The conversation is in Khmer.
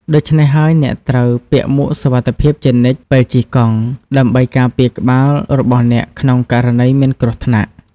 ដូច្នេះហើយ អ្នកត្រូវពាក់មួកសុវត្ថិភាពជានិច្ចពេលជិះកង់ ដើម្បីការពារក្បាលរបស់អ្នកក្នុងករណីមានគ្រោះថ្នាក់។